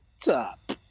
top